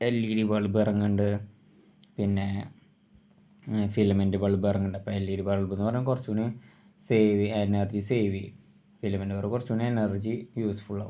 L E D bulb ഇറങ്ങുന്നുണ്ട് പിന്നെ filament bulb ഇറങ്ങുന്നുണ്ട് അപ്പം എൽ ഇ ഡി ബൾബ് എന്ന് പറഞ്ഞാൽ കുറച്ച് കൂടി സേവ് ചെയ്യാൻ എനർജി സേവ് ചെയ്യും ഫിലമെൻ്റ് പറഞ്ഞാൽ കുറച്ചും കൂടി എനർജി യൂസ്ഫുൾ ആവും